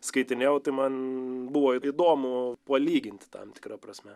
skaitinėjau tai man buvo įdomu palyginti tam tikra prasme